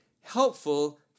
helpful